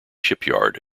shipyard